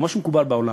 כמו שמקובל בעולם,